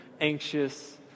anxious